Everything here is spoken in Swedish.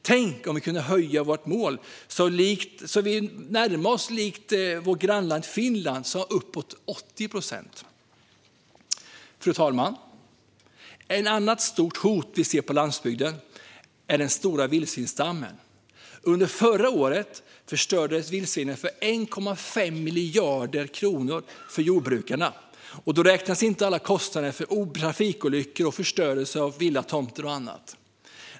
Tänk om vi kunde höja vårt mål så att vi närmade oss vårt grannland Finland, som har uppåt 80 procent! Fru talman! Ett annat stort hot vi ser på landsbygden är den stora vildsvinsstammen. Under förra året förstörde vildsvinen för 1,5 miljarder kronor för jordbrukarna, och då räknas inte alla kostnader för trafikolyckor och förstörelse av villatomter och annat med.